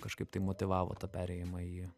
kažkaip tai motyvavo tą perėjimą į